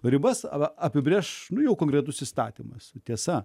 ribas ar apibrėš nuėjo konkretus įstatymas tiesa